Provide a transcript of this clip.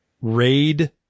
raid